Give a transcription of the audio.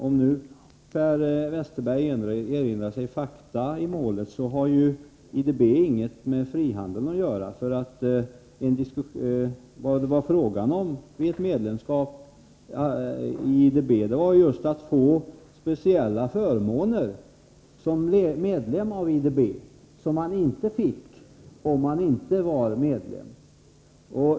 Om Per Westerberg erinrar sig fakta i målet, inser han att IDB inte har något med frihandel att göra. Vad det var fråga om vid ett medlemskap i IDB var just att som medlem få speciella förmåner som man inte fick om man inte var medlem.